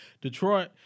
Detroit